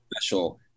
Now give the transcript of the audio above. special